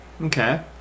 Okay